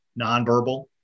nonverbal